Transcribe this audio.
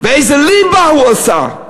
ואיזה ליבה הוא עשה?